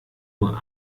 nur